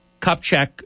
Kupchak